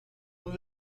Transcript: muy